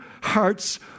hearts